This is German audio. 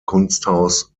kunsthaus